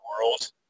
world